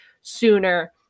sooner